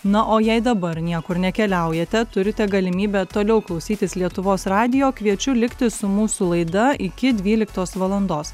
na o jei dabar niekur nekeliaujate turite galimybę toliau klausytis lietuvos radijo kviečiu likti su mūsų laida iki dvyliktos valandos